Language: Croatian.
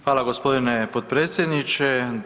Hvala g. potpredsjedniče.